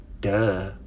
Duh